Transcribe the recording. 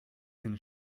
can